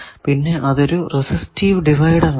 പിന്നെ അതൊരു resistive divider ആണ്